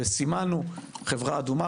וסימנו חברה אדומה,